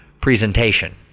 presentation